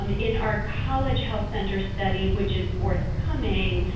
um in our college health center study which is forthcoming,